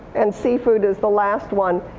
and seafood is the last one.